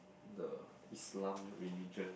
the Islam religion